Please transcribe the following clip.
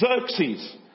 Xerxes